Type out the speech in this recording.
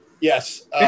Yes